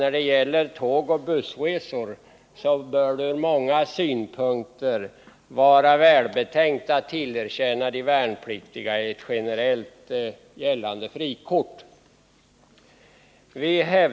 När det gäller tågoch bussresor bör det från många synpunkter vara värdefullt att tillerkänna de värnpliktiga ett generellt gällande frikort.